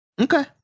Okay